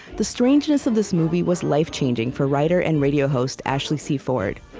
the strangeness of this movie was life-changing, for writer and radio host ashley c. ford,